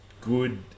good